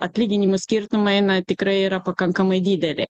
atlyginimų skirtumai na tikrai yra pakankamai dideli